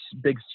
big